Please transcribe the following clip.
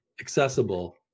accessible